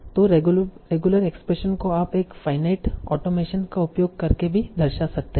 तों regular expression को आप एक फाईनाईट ऑटोमेटन का उपयोग करके भी दर्शा सकते हैं